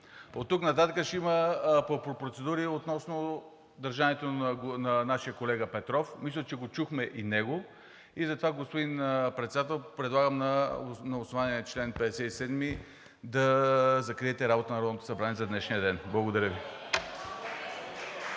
Оттук нататък ще има процедури относно държането на нашия колега Петров. Мисля, че го чухме и него. И затова, господин Председател, предлагам на основание чл. 57 да закриете работата на Народното събрание за днешния ден. (Ръкопляскания